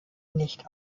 nicht